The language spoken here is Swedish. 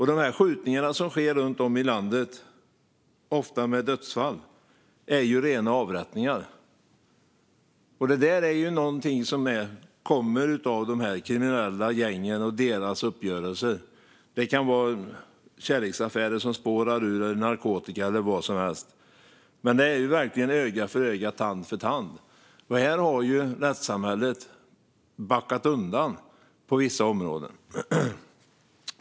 Skjutningarna som sker runt om i landet, ofta med dödsfall, är ju rena avrättningar. Det är något som kommer av de kriminella gängen och deras uppgörelser. Det kan vara kärleksaffärer som spårar ur eller narkotika eller vad som helst, men det är verkligen öga för öga och tand för tand. Här har rättssamhället backat undan på vissa områden.